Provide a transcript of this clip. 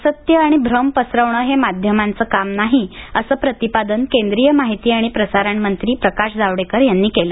असत्य आणि भ्रम पसरवणं हे माध्यमांचं काम नाही असं प्रतिपादन केंद्रीय माहिती आणि प्रसारण मंत्री प्रकाश जावडेकर यांनी केलं